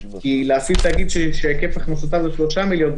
כי להפעיל תאגיד שהיקף הכנסותיו הוא 3 מיליון,